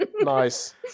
Nice